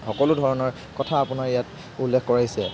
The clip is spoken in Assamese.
সকলোধৰণৰ কথা আপোনাৰ ইয়াত উল্লেখ কৰাইছে